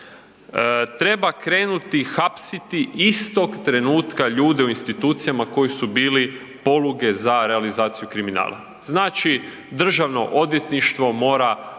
Treba krenuti hapsiti istog trenutka ljude u institucijama koji su bili poluge za realizaciju kriminala. Znači Državno odvjetništvo mora